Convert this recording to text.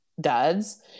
duds